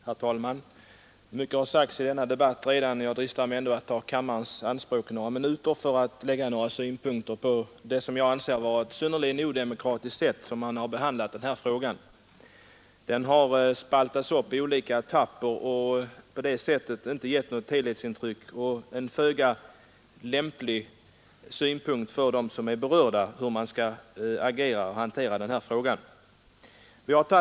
Herr talman! Mycket har redan sagts i denna debatt, men jag dristar mig ändå att ta kammarens tid i anspråk några minuter för att anföra några synpunkter på det enligt min mening synnerligen odemokratiska sätt på vilket detta ärende handlagts. Frågan har spaltats upp i olika etapper. Därigenom har man inte fått något helhetsintryck av hela frågan, vilket har varit olämpligt för dem som är berörda och som har velat agera vid frågans behandling.